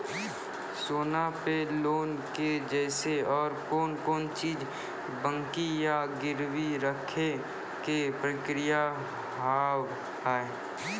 सोना पे लोन के जैसे और कौन कौन चीज बंकी या गिरवी रखे के प्रक्रिया हाव हाय?